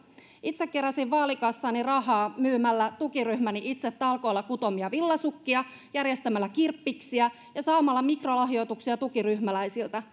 itse keräsin vaalikassaani rahaa myymällä tukiryhmäni itse talkoilla kutomia villasukkia järjestämällä kirppiksiä ja saamalla mikrolahjoituksia tukiryhmäläisiltä